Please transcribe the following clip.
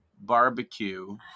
barbecue